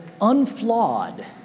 unflawed